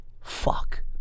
fuck